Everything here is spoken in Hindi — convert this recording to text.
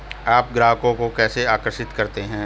आप ग्राहकों को कैसे आकर्षित करते हैं?